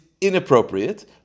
inappropriate